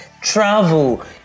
travel